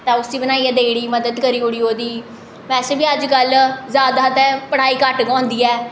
ते उस्सी बनाइयै देई ओड़ी मदद करी ओड़ी ओह्दी बैसे बी ते अजकल्ल पढ़ाई ते घट्ट गै होंदी ऐ